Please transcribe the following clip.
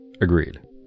Agreed